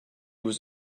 was